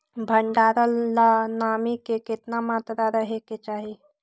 भंडारण ला नामी के केतना मात्रा राहेके चाही?